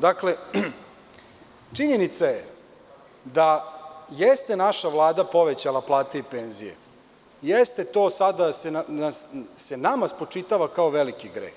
Dakle, činjenica je da jeste naša Vlada povećala plate i penzije, jeste da se to sada nama spočitava kao veliki greh,